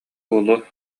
буолуо